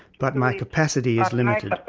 but my capacity is limited.